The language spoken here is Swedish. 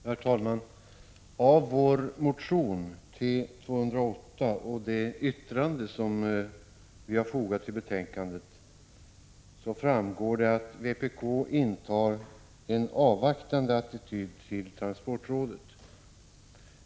Herr talman! Av vår motion T208 och det yttrande vi fogat till betänkandet framgår att vpk intar en avvaktande attityd till transportrådet.